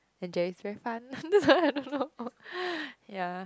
and is very fun I don't know ya